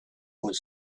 was